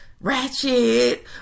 ratchet